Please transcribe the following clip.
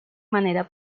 manera